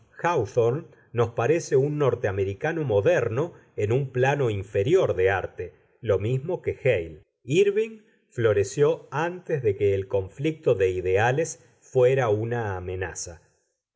háwthorne nos parece un norteamericano moderno en un plano inferior de arte lo mismo que hale írving floreció antes de que el conflicto de ideales fuera una amenaza